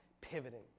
pivoting